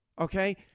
Okay